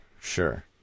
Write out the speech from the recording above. Sure